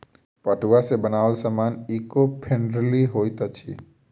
पटुआ सॅ बनाओल सामान ईको फ्रेंडली होइत अछि